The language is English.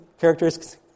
characteristics